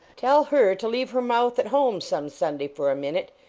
tell her to leave her mouth at home, some sunday, for a minute,